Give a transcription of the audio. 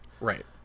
right